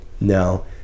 Now